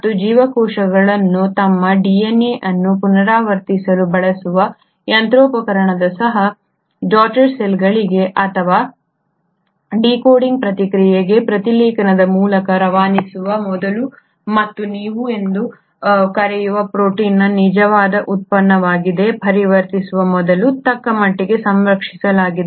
ಈ ಜೀವಕೋಶಗಳು ತಮ್ಮ DNA ಅನ್ನು ಪುನರಾವರ್ತಿಸಲು ಬಳಸುವ ಯಂತ್ರೋಪಕರಣಗಳು ಸಹ ಡಾಟರ್ ಸೆಲ್ಗಳಿಗೆ ಅಥವಾ ಡಿಕೋಡಿಂಗ್ ಪ್ರಕ್ರಿಯೆಗೆ ಪ್ರತಿಲೇಖನದ ಮೂಲಕ ರವಾನಿಸುವ ಮೊದಲು ಮತ್ತು ನೀವು ಎಂದು ಕರೆಯುವ ಪ್ರೋಟೀನ್ನ ನಿಜವಾದ ಉತ್ಪನ್ನವಾಗಿ ಪರಿವರ್ತಿಸುವ ಮೊದಲು ತಕ್ಕಮಟ್ಟಿಗೆ ಸಂರಕ್ಷಿಸಲಾಗಿದೆ